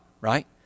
right